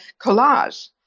collage